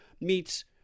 meets